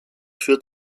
führt